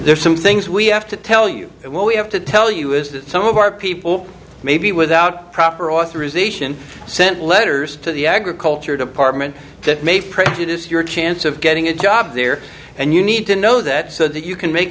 are some things we have to tell you what we have to tell you is that some of our people maybe without proper authorization sent letters to the agriculture department that may prejudice your chance of getting a job there and you need to know that so that you can make